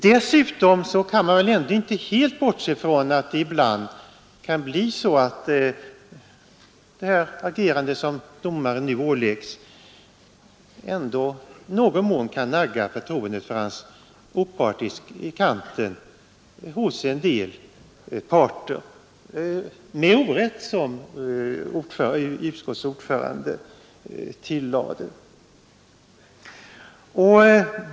Dessutom kan man väl inte helt bortse från att det ibland kan bli så att det agerande som domaren nu åläggs ändå i någon mån kan nagga förtroendet för hans opartiskhet i kanten hos en del parter — med orätt, som utskottets ordförande tillade.